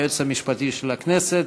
היועץ המשפטי של הכנסת,